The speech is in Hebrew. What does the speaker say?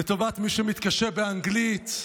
לטובת מי שמתקשה באנגלית,